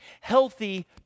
healthy